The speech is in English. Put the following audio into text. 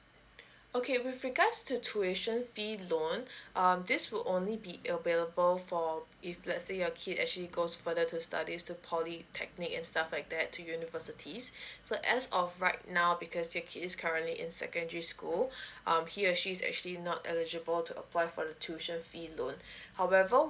okay with regards to tuition fee loan um this will only be available for if let's say your kid actually goes further to studies to polytechnic and stuff like that to universities so as of right now because your kid is currently in secondary school um he or she is actually not eligible to apply for the tuition fee loan however